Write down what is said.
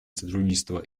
сотрудничество